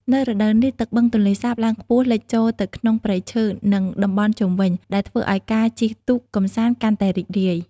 នៅរដូវនេះ ទឹកបឹងទន្លេសាបឡើងខ្ពស់លិចចូលទៅក្នុងព្រៃឈើ និងតំបន់ជុំវិញ ដែលធ្វើឲ្យការជិះទូកកម្សាន្តកាន់តែរីករាយ។